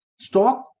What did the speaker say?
Stock